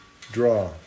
draw